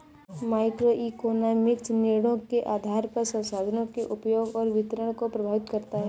microeconomics निर्णयों के आधार पर संसाधनों के उपयोग और वितरण को प्रभावित करता है